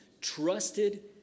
trusted